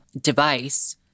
device